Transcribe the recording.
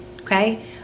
okay